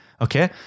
okay